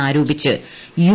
എന്നാരോപിച്ച് യു